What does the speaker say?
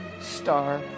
star